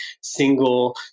single